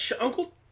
uncle